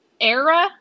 era